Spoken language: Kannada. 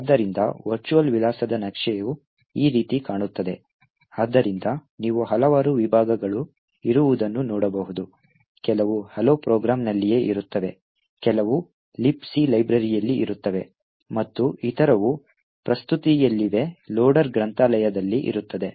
ಆದ್ದರಿಂದ ವರ್ಚುವಲ್ ವಿಳಾಸದ ನಕ್ಷೆಯು ಈ ರೀತಿ ಕಾಣುತ್ತದೆ ಆದ್ದರಿಂದ ನೀವು ಹಲವಾರು ವಿಭಾಗಗಳು ಇರುವುದನ್ನು ನೋಡಬಹುದು ಕೆಲವು hello ಪ್ರೋಗ್ರಾಂನಲ್ಲಿಯೇ ಇರುತ್ತವೆ ಕೆಲವು libc ಲೈಬ್ರರಿಯಲ್ಲಿ ಇರುತ್ತವೆ ಮತ್ತು ಇತರವು ಪ್ರಸ್ತುತಿಯಲ್ಲಿವೆ ಲೋಡರ್ ಗ್ರಂಥಾಲಯದಲ್ಲಿ ಇರುತ್ತದೆ